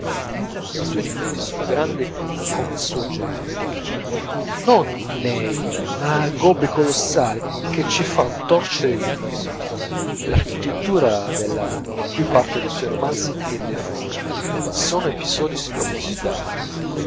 i suoi difetti sono grandi come il suo genio non nèi ma gobbe colossali che ci fan torcere il viso l'architettura della più parte dei suoi romanzi è deforme sono episodi spropositati